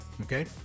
okay